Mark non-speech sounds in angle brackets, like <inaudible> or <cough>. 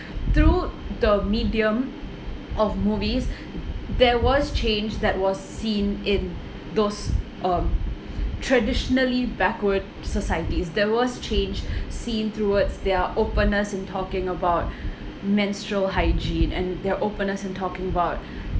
through the medium of movies <breath> there was change that was seen in those um traditionally backward societies there was change <breath> seen towards their openness in talking about <breath> menstrual hygiene and their openness in talking about <breath>